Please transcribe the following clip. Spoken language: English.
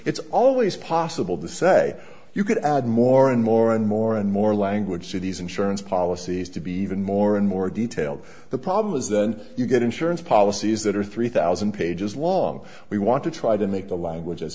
it's always possible to say you could add more and more and more and more language see these insurance policies to be even more and more detailed the problem is then you get insurance policies that are three thousand pages long we want to try to make the language